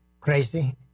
crazy